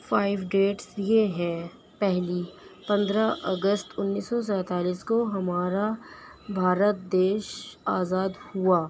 five dates یہ ہیں پہلی پندرہ اگست انیس سو سینتالیس کو ہمارا بھارت دیش آزاد ہوا